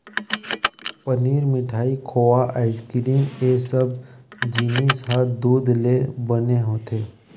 पनीर, मिठाई, खोवा, आइसकिरिम ए सब जिनिस ह दूद ले बने होथे